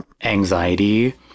anxiety